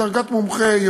בדרגת מומחה,